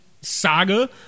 saga